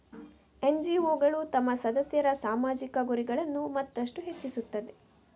ಎನ್.ಜಿ.ಒಗಳು ತಮ್ಮ ಸದಸ್ಯರ ಸಾಮಾಜಿಕ ಗುರಿಗಳನ್ನು ಮತ್ತಷ್ಟು ಹೆಚ್ಚಿಸುತ್ತವೆ